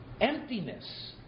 emptiness